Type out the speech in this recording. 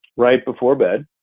right before bed.